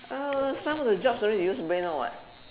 uh some of the jobs don't need use brain [one] [what]